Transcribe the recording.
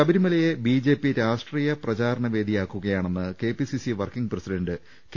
ശബരിമലയെ ബിജെപി രാഷ്ട്രീയ പ്രചാരണ വേദിയാക്കുകയാ ണെന്ന് കെപിസിസി വർക്കിംഗ് പ്രസിഡന്റ് കെ